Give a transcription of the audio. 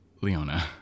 Leona